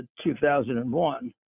2001